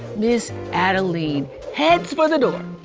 miz adeline heads for the door.